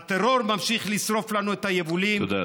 הטרור ממשיך לשרוף לנו את היבולים, תודה,